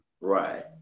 Right